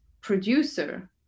producer